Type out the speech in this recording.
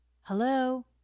Hello